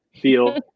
feel